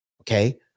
Okay